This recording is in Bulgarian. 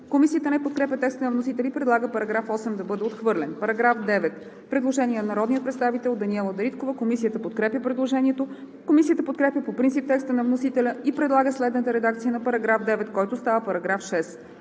Комисията не подкрепя текста на вносителя и предлага § 8 да бъде отхвърлен. По § 9 има предложение на народния представител Даниела Дариткова. Комисията подкрепя предложението. Комисията подкрепя по принцип текста на вносителя и предлага следната редакция на § 9, който става § 6: „§ 6.